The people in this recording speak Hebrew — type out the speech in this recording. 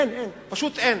אין, אין, פשוט אין.